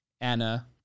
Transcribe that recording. Anna